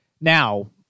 now